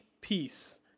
peace